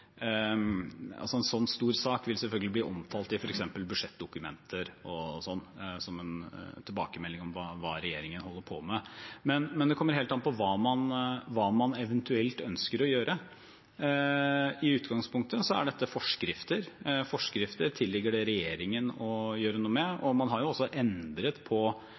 tilbakemelding om hva regjeringen holder på med. Men det kommer helt an på hva man eventuelt ønsker å gjøre. I utgangpunktet er dette forskrifter. Forskrifter tilligger det regjeringen å gjøre noe med, og man har jo også endret på